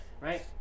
right